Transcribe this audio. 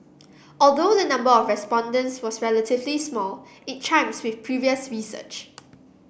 although the number of respondents was relatively small it chimes with previous research